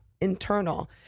internal